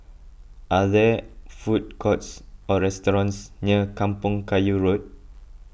are there food courts or restaurants near Kampong Kayu Road